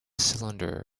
cylinder